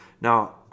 Now